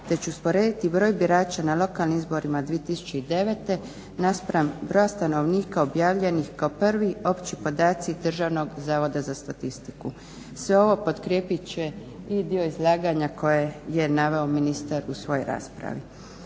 te ću usporediti broj birača na lokalnim izborima 2009.naspram broja stanovnika objavljenih kao prvi opći podaci Državnog zavoda za statistiku. Sve ovo potkrijepit će i dio izlaganja koje je naveo ministar u svojoj raspravi.